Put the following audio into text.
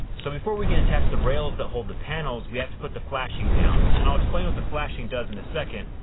so before we can attach the rails that hold the panels, we have to put the flashing down and i'll explain what the flashing does in a second.